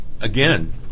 again